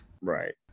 Right